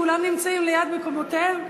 כולם נמצאים ליד מקומותיהם?